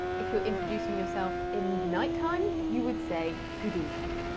if you're introducing yourself in the night time, you would say good evening.